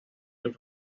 del